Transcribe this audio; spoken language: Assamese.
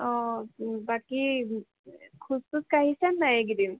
অঁ বাকী খোজ চোজ কাঢ়িছে নাই এই কেইদিন